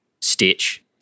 Stitch